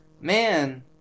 Man